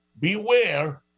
beware